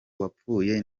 wapfuye